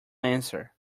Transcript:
answer